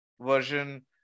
version